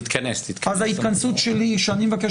אז אני מבקש,